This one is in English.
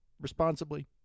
responsibly